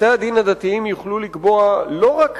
בתי-הדין הדתיים יוכלו לקבוע לא רק